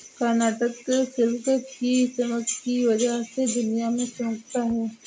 Karnataka silk की चमक की वजह से दुनिया में चमकता है